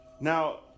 Now